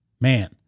man